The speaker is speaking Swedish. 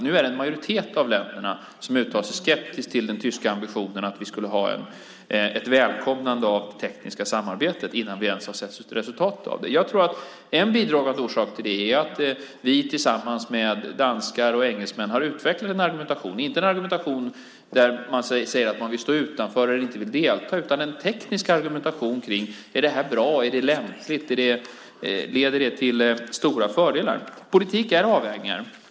Nu är det en majoritet av länderna som uttalar sig skeptiskt till den tyska ambitionen att vi skulle ha ett välkomnande av det tekniska samarbetet innan vi ens har sett resultatet av det. En bidragande orsak till det är att vi tillsammans med danskar och engelsmän har utvecklat en argumentation. Det är inte en argumentation där man säger att man vill stå utanför eller inte vill delta. Det är en teknisk argumentation kring: Är det här bra? Är det lämpligt? Leder det till stora fördelar? Politik är avvägningar.